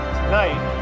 tonight